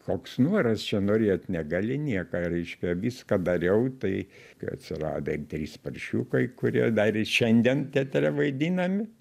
koks noras čia norėt negali nieko reiškia viską dariau tai atsirado ir trys paršiukai kurie dar ir šiandien teatre vaidinami